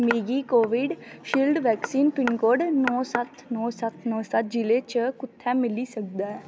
मिगी Covishield vaccine pin code नौ सत्त नौ सत्त नौ सत्त जि'ले च कु'त्थै मिली सकदा ऐ